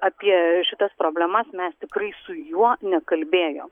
apie šitas problemas mes tikrai su juo nekalbėjom